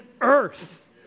earth